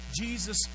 Jesus